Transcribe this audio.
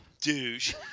douche